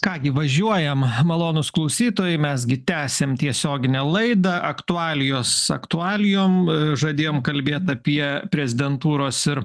ką gi važiuojam malonūs klausytojai mes gi tęsiam tiesioginę laidą aktualijos aktualijom žadėjom kalbėt apie prezidentūros ir